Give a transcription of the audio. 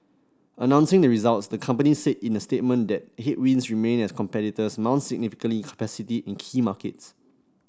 announcing the results the company said in the statement that headwinds remain as competitors mount significant capacity in key markets